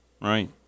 Right